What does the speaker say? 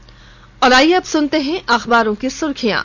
और आइये अब सुनते हैं अखबारों की सुर्खियां